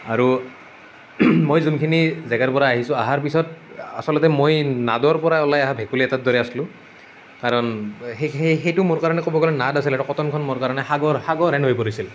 আৰু মই যোনখিনি জেগাৰ পৰা আহিছোঁ অহাৰ পিছত আচলতে মই নাদৰ পৰা ওলাই অহা ভেঁকুলী এটাৰ দৰে আছিলোঁ কাৰণ সেইটো মোৰ কাৰণে ক'ব গ'লে নাদ আছিল আৰু কটনখন মোৰ কাৰণে সাগৰ সাগৰহেন হৈ পৰিছিল